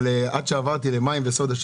אבל עד שעברתי למים וסודה,